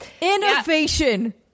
Innovation